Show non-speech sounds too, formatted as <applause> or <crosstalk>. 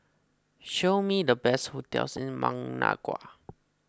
show me the best hotels in Managua <noise>